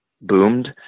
boomed